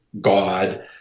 God